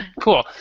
Cool